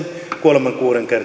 kuoleman